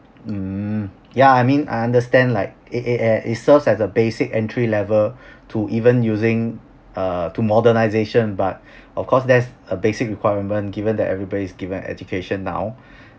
mm yeah I mean I understand like it it eh it serves as a basic entry level to even using uh to modernisation but of course there's a basic requirement given that everybody's given an education now